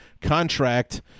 contract